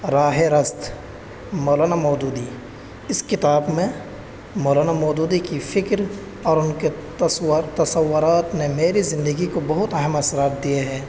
راہ راست مولانا مودودی اس کتاب میں مولانا مودودی کی فکر اور ان کے تصور تصورات نے میری زندگی کو بہت اہم اثرات دیے ہیں